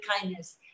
kindness